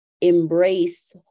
embrace